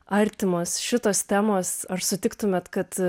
artimos šitos temos ar sutiktumėt kad